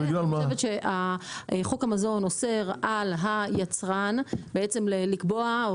אני חושבת שחוק המזון אוסר על היצרן בעצם לקבוע או